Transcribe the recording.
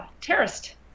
terrorist